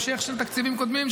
המשך של תקציבים קודמים,